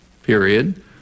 period